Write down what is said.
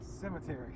Cemetery